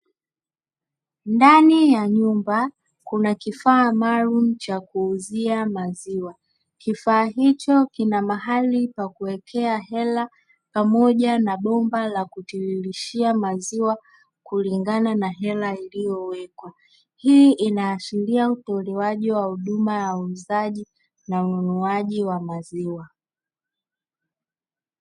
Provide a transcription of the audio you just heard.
Ndani ya nyumba kuna kifaa maalumu cha kuuzia maziwa. Kifaa hicho kina mahali pa kuwekea hela pamoja na bomba la kutiririshia maziwa kulingana na hela iliyowekwa. Hii inaashiria utolewaji wa huduma ya uuzaji na ununuaji wa maziwa.